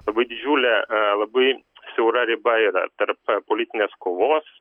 labai didžiulė labai siaura riba yra tarp politinės kovos